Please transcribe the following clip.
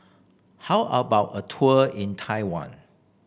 how about a tour in Taiwan